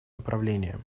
направлениям